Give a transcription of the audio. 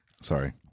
Sorry